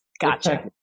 gotcha